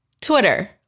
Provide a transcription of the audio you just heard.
Twitter